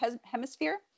hemisphere